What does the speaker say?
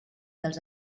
dels